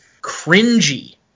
cringy